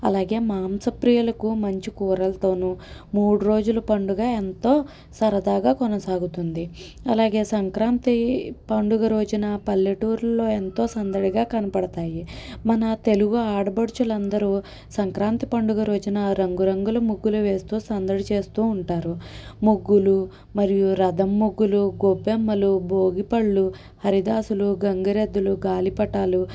అలాగే మాంసప్రియలకు మంచి కూరలతోనూ మూడు రోజులు పండుగ ఎంతో సరదాగా కొనసాగుతుంది అలాగే సంక్రాంతి పండుగ రోజున పల్లెటూరుల్లో ఎంతో సందడిగా కనబడతాయి మన తెలుగు ఆడపడుచులందరూ సంక్రాంతి పండుగ రోజున రంగు రంగులు ముగ్గులు వేస్తూ సందడి చేస్తూ ఉంటారు ముగ్గులు మరియు రథం ముగ్గులు గొబ్బెమ్మలు భోగి పళ్ళు హరిదాసులు గంగిరెద్దులు గాలిపటాలు